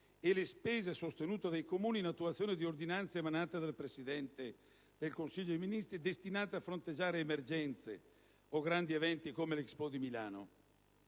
e le spese sostenute dai Comuni in attuazione di ordinanze emanate dal Presidente del Consiglio dei ministri destinate a fronteggiare emergenze o grandi eventi come l'Expo di Milano.